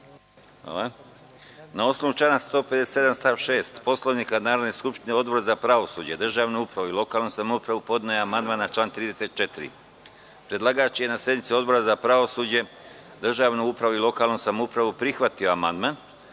Na osnovu člana 157. stav 6. Poslovnika Narodne skupštine, Odbor za pravosuđe, državnu upravu i lokalnu samoupravu podneo je amandman na član 37.Predlagač je, na sednici Odbora za pravosuđe, državnu upravu i lokalnu samoupravu, prihvatio amandman,